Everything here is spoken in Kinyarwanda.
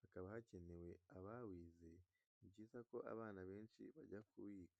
hakaba hakenewe abawize, ni byiza ko abana benshi bajya kuwiga.